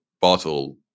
bottle